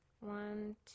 one